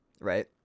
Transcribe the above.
right